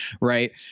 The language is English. Right